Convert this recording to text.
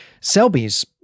Selby's